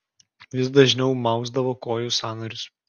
vis dažniau mausdavo kojų sąnarius